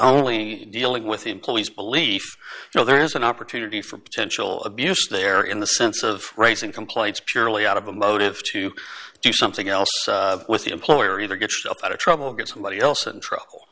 only dealing with employees belief you know there's an opportunity for potential abuse there in the sense of raising complaints purely out of a motive to do something else with the employer either get out of trouble get somebody else in trouble